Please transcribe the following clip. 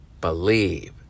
believe